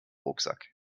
rucksack